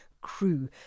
crew